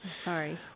Sorry